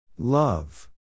Love